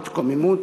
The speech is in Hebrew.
או התקוממות,